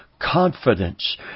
confidence